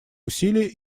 усилия